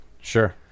Sure